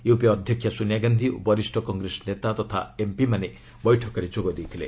UPA ଅଧ୍ୟକ୍ଷା ସୋନିଆ ଗାନ୍ଧି ଓ ବରିଷ କଂଗ୍ରେସ ନେତା ତଥା ଏମ୍ପିମାନେ ବୈଠକରେ ଯୋଗ ଦେଇଥିଲେ